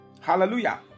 Hallelujah